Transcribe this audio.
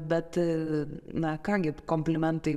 bet na ką gi komplimentai